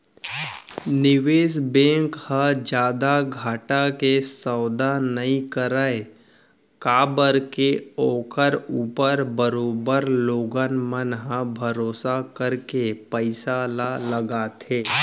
निवेस बेंक ह जादा घाटा के सौदा नई करय काबर के ओखर ऊपर बरोबर लोगन मन ह भरोसा करके पइसा ल लगाथे